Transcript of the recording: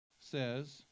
says